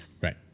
Right